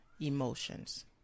emotions